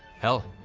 hell,